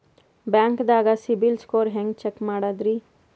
ಬ್ಯಾಂಕ್ದಾಗ CIBIL score ಹೆಂಗ್ check ಮಾಡದ್ರಿ?